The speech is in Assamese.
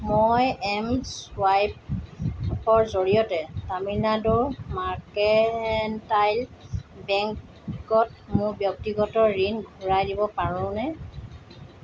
মই এম চুৱাইপৰ জৰিয়তে তামিলনাডু মাৰ্কেণ্টাইল বেংকত মোৰ ব্যক্তিগত ঋণ ঘূৰাই দিব পাৰোনে